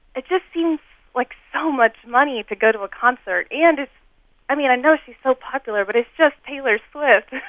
it just seems like so much money to go to a concert. and it's i mean, i know she's so popular. but it's just taylor swift